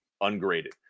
ungraded